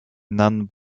non